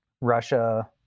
Russia